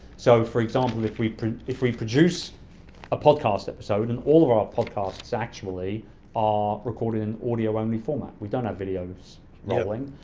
so for example if we if we produce a podcast episode and all of our podcasts actually are recorded in audio only format, we don't have video rolling.